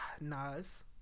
Nas